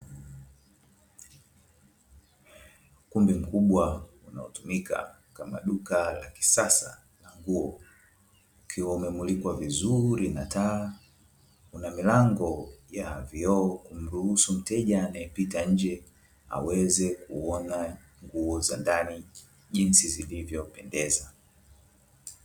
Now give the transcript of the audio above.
Ukumbi mkubwa unaotumika kama duka la kisasa la nguo, ukiwa umemulikwa vizuri na taa una milango ya vioo kumruhusu mteja anayepita nje aweze kuona nguo za ndani jinsi zilivyopendeza.